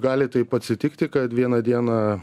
gali taip atsitikti kad vieną dieną